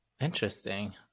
Interesting